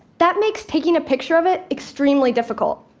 that makes taking a picture of it extremely difficult.